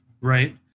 right